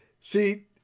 See